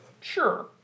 Sure